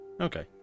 Okay